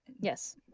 Yes